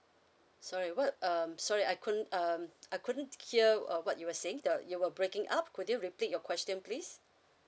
sorry what um sorry I couldn't um I couldn't hear uh what you were saying uh you were breaking up could you repeat your question please